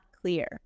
clear